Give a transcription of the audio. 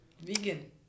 Vegan